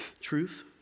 truth